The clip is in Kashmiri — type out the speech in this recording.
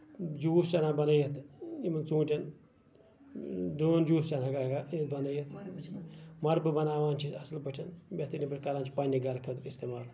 جوٗس چھِ اَنان بَنٲوِتھ یِمن ژوٗٹین دٲن جوٗس چھُ آنان ییٚتہِ بَنٲوِتھ مۄربہٕ بَناوان چھِ أسۍ اَصٕل پٲٹھۍ بہتریٖن پٲٹھۍ چھِ کران چھِ پَنٕنہِ گرٕ خٲطرٕ اِستعمال